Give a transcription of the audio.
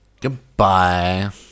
Goodbye